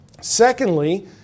Secondly